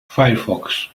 firefox